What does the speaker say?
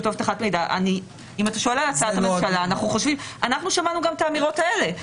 אבטחת מידע - אנו שמענו גם את האמירות האלה.